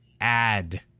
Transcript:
add